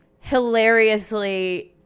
hilariously